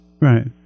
Right